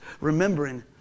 remembering